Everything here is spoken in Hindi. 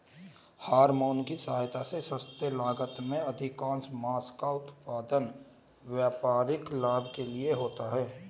हॉरमोन की सहायता से सस्ते लागत में अधिकाधिक माँस का उत्पादन व्यापारिक लाभ के लिए होता है